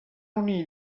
unir